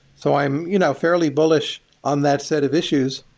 so i'm you know fairly bullish on that set of issues,